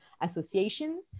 association